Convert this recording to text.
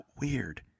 Weird